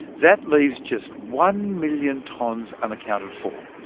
that leaves just one million tonnes unaccounted for,